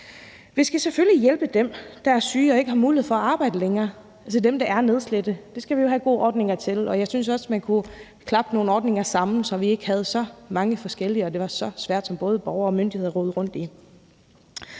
Vi skal selvfølgelig hjælpe dem, der er syge og ikke har mulighed for at arbejde længere, altså dem, der er nedslidte. Det skal vi jo have gode ordninger til, og jeg synes også, man kunne klappe nogle ordninger sammen, så vi ikke havde så mange forskellige, og det var så svært, og både borgere og myndigheder rodede rundt i